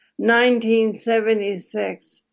1976